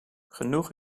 genoeg